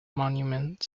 monument